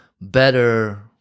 better